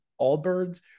Allbirds